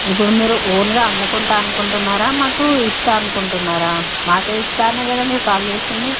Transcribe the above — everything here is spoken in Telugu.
ఇప్పుడు మీరు ఓన్గా అమ్ముకుంటా అనుకుంటున్నారా మాకు ఇస్తా అనుకుంటున్నారా మాకే ఇస్తా అనే కదా మీరు కాల్ చేసింది